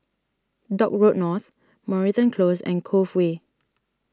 Dock Road North Moreton Close and Cove Way